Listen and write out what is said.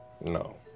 No